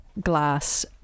glass